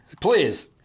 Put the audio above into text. please